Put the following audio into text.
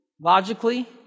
logically